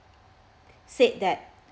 said that